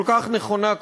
כל כך נכונה,